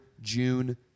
June